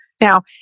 Now